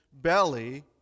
belly